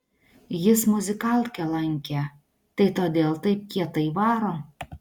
jis muzikalkę lankė tai todėl taip kietai varo